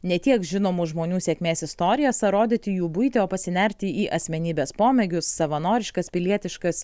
ne tiek žinomų žmonių sėkmės istorijas ar rodyti jų buitį o pasinerti į asmenybės pomėgius savanoriškas pilietiškas